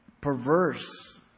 Perverse